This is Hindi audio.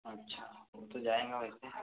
अच्छा हो तो जाएगा वैसे